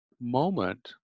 moment